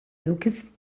edukiz